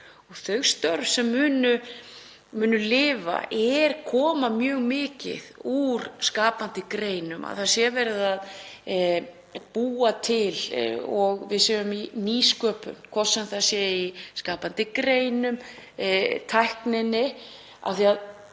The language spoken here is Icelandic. þau störf sem munu lifa koma mjög mikið úr skapandi greinum, þar sem er verið að búa til og við erum í nýsköpun, hvort sem það er í skapandi greinum eða tækninni. Eitt af